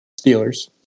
Steelers